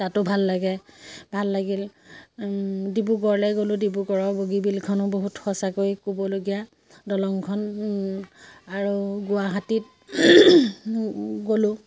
তাতো ভাল লাগে ভাল লাগিল ডিব্ৰুগড়লৈ গ'লোঁ ডিব্ৰুগড়ৰ বগীবিলখনো বহুত সঁচাকৈ ক'বলগীয়া দলংখন আৰু গুৱাহাটীত গ'লোঁ